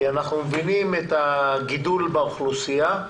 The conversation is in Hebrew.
אנחנו מבינים את הגידול באוכלוסייה,